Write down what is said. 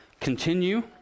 continue